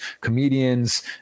comedians